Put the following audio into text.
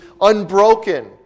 unbroken